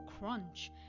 crunch